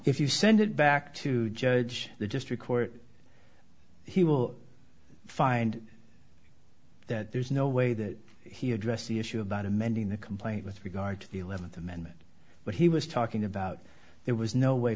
if you send it back to judge the district court he will find that there is no way that he addressed the issue about amending the complaint with regard to the eleventh amendment but he was talking about there was no way